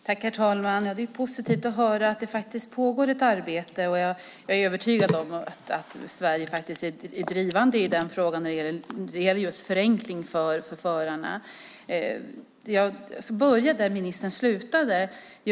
Herr talman! Det är positivt att höra att ett arbete pågår. Jag är övertygad om att Sverige är drivande i frågan om en förenkling för förarna. Jag anknyter till det ministern sade i slutet av sitt senaste inlägg.